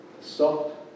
soft